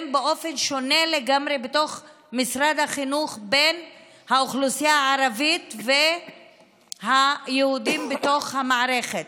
באופן שונה לגמרי במשרד החינוך לאוכלוסייה הערבית וליהודים בתוך המערכת.